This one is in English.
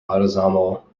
autosomal